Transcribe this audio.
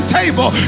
table